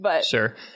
Sure